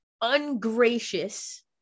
ungracious